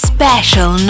Special